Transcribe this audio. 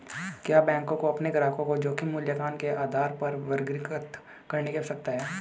क्या बैंकों को अपने ग्राहकों को जोखिम मूल्यांकन के आधार पर वर्गीकृत करने की आवश्यकता है?